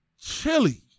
chili